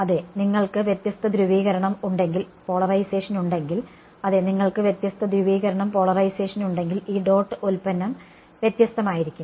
അതെ നിങ്ങൾക്ക് വ്യത്യസ്ത ധ്രുവീകരണം ഉണ്ടെങ്കിൽ അതെ നിങ്ങൾക്ക് വ്യത്യസ്ത ധ്രുവീകരണം ഉണ്ടെങ്കിൽ ഈ ഡോട്ട് ഉൽപ്പന്നം വ്യത്യസ്തമായിരിക്കും